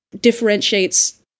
differentiates